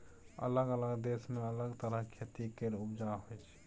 अलग अलग देश मे अलग तरहक खेती केर उपजा होइ छै